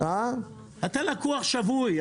אתה לקוח שבוי.